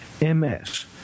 MS